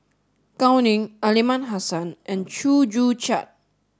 Gao Ning Aliman Hassan and Chew Joo Chiat